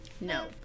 No